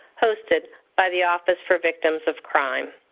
hosted by the office for victims of crime.